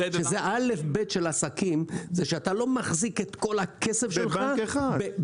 זה א'-ב' של עסקים: אתה לא מחזיק את כל הכסף שלך בבנק אחד,